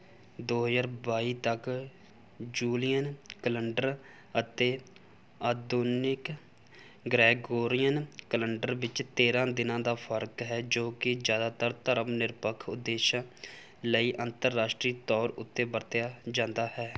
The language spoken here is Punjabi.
ਦੋ ਹਜ਼ਾਰ ਬਾਈ ਤੱਕ ਜੂਲੀਅਨ ਕੈਲੰਡਰ ਅਤੇ ਆਧੁਨਿਕ ਗ੍ਰੈਗੋਰੀਅਨ ਕੈਲੰਡਰ ਵਿਚ ਤੇਰ੍ਹਾਂ ਦਿਨਾਂ ਦਾ ਫ਼ਰਕ ਹੈ ਜੋ ਕਿ ਜ਼ਿਆਦਾਤਰ ਧਰਮ ਨਿਰਪੱਖ ਉਦੇਸ਼ਾਂ ਲਈ ਅੰਤਰਰਾਸ਼ਟਰੀ ਤੌਰ ਉੱਤੇ ਵਰਤਿਆ ਜਾਂਦਾ ਹੈ